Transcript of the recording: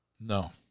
No